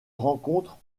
rencontre